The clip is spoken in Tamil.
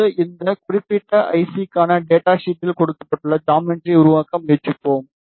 இப்போது இந்த குறிப்பிட்ட ஐசிக்கான டேட்டா ஷீட்டில் கொடுக்கப்பட்டுள்ள ஜாமெட்ரியை உருவாக்க முயற்சிப்போம்